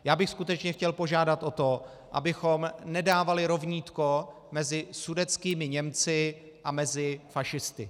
Já bych skutečně chtěl požádat o to, abychom nedávali rovnítko mezi sudetskými Němci a fašisty.